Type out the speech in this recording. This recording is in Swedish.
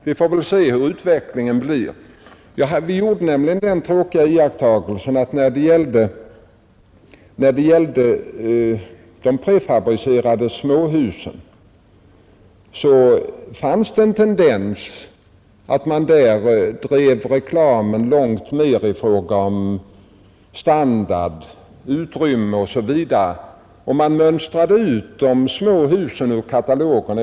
Vi får väl se hur utvecklingen blir. När det gäller de prefabricerade småhusen så har det funnits en tendens att driva reklamen långt i fråga om standard, utrymme m.m. Man mönstrade ut de små husen ur katalogen.